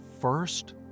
first